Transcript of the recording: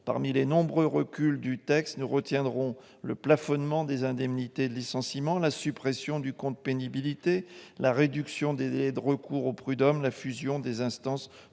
Parmi les nombreux reculs que comporte le texte, nous citerons le plafonnement des indemnités de licenciement, la suppression du compte pénibilité, la réduction des délais de recours aux prud'hommes, la fusion des instances